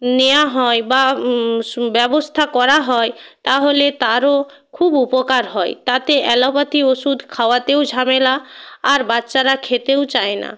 নেওয়া হয় বা ব্যবস্থা করা হয় তা হলে তারও খুব উপকার হয় তাতে অ্যালোপাথি ওষুধ খাওয়াতেও ঝামেলা আর বাচ্চারা খেতেও চায় না